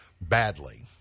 badly